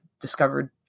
discovered